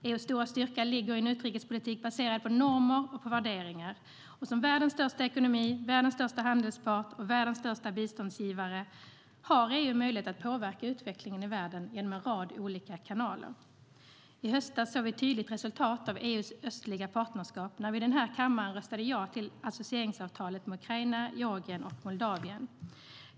EU:s stora styrka ligger i en utrikespolitik baserad på normer och värderingar, och som världens största ekonomi, världens största handelspart och världens största biståndsgivare har EU möjlighet att påverka utvecklingen i världen genom en rad olika kanaler.I höstas såg vi ett tydligt resultat av EU:s östliga partnerskap när vi i den här kammaren röstade ja till associeringsavtalet med Ukraina, Georgien och Moldavien.